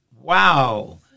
Wow